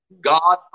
God